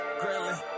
grilling